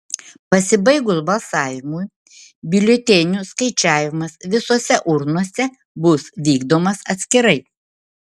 pasibaigus balsavimui biuletenių skaičiavimas visose urnose bus vykdomas atskirai